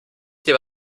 dir